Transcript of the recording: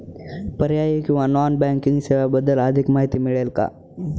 पर्यायी किंवा non banking सेवांबद्दल अधिक माहिती मिळेल का?